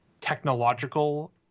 technological